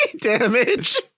damage